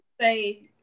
say